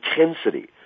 intensity